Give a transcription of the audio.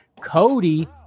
Cody